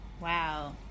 wow